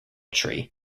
tree